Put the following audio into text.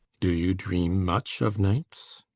do you dream much of nights?